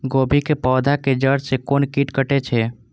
गोभी के पोधा के जड़ से कोन कीट कटे छे?